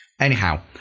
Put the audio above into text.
anyhow